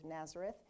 Nazareth